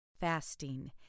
fasting